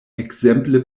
ekzemple